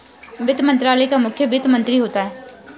वित्त मंत्रालय का मुखिया वित्त मंत्री होता है